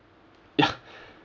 ya